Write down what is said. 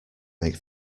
make